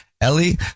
Ellie